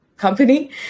company